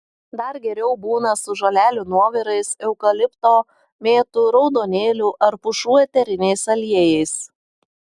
dar geriau būna su žolelių nuovirais eukalipto mėtų raudonėlių ar pušų eteriniais aliejais